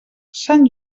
sant